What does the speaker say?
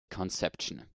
conception